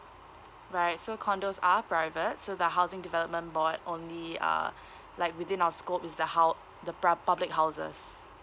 right so condos are private so the housing development board only uh like within our scope is the hou~ the pri~ public houses